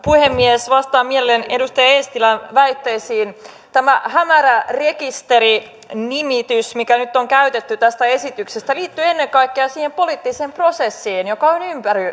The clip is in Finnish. puhemies vastaan mielelläni edustaja eestilän väitteisiin tämä hämärärekisteri nimitys mitä nyt on käytetty tästä esityksestä liittyy ennen kaikkea siihen poliittiseen prosessiin joka on